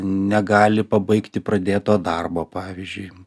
negali pabaigti pradėto darbo pavyzdžiui